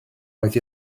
oedd